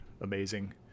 amazing